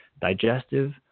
digestive